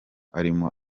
arimo